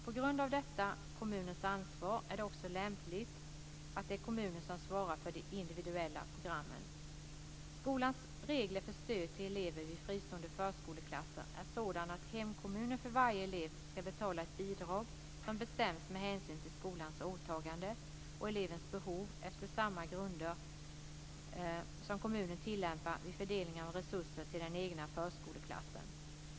På grund av detta kommunernas ansvar är det också lämpligt att det är kommunen som svarar för de individuella programmen Skollagens regler för stöd till elever vid fristående förskoleklasser är sådana att hemkommunen för varje elev ska betala ett bidrag som bestäms med hänsyn till skolans åtagande och elevens behov efter samma grunder som kommunen tillämpar vid fördelning av resurser till den egna förskoleklasen.